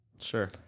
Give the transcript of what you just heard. Sure